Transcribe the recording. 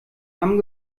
haben